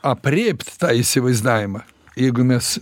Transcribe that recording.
aprėpt tą įsivaizdavimą jeigu mes